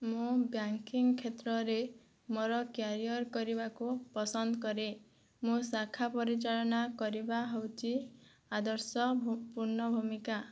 ମୁଁ ବ୍ୟାକିଙ୍ଗ୍ କ୍ଷେତ୍ରରେ ମୋର କ୍ୟାରିଅର କରିବାକୁ ପସନ୍ଦ କରେ ମୁଁ ଶାଖା ପରିଚାଳନା କରିବା ହେଉଛି ଆଦର୍ଶପୂର୍ଣ୍ଣ ଭୂମିକା